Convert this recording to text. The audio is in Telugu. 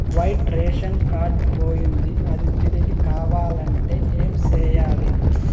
వైట్ రేషన్ కార్డు పోయింది అది తిరిగి కావాలంటే ఏం సేయాలి